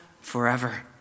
Forever